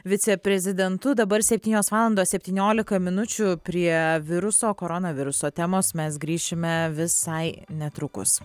viceprezidentu dabar septynios valandos septyniolika minučių prie viruso koronaviruso temos mes grįšime visai netrukus